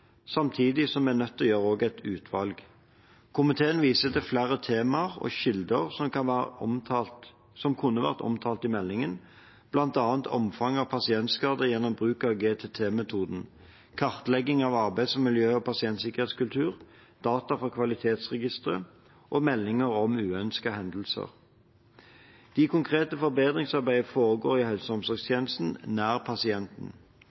samtidig som vi også er nødt til å gjøre et utvalg. Komiteen viser til flere temaer og kilder som kunne vært omtalt i meldingen, bl.a. omfang av pasientskader gjennom bruk av GTT-metoden, kartlegging av arbeidsmiljø- og pasientsikkerhetskultur, data fra kvalitetsregistre og meldinger om uønskede hendelser. Det konkrete forbedringsarbeidet foregår i helse- og